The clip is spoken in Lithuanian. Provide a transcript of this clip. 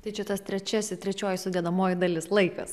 tai čia tas trečiasi trečioji sudedamoji dalis laikas